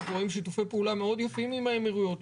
אנחנו רואים שיתופי פעולה מאוד יפים עם האמירויות,